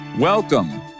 Welcome